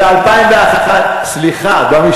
ב-2011 הוא לא היה